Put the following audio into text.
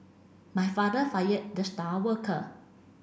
my father fired the star worker